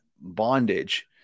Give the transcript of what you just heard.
bondage